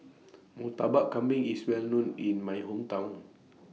Murtabak Kambing IS Well known in My Hometown